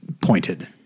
pointed